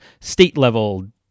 state-level